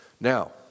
now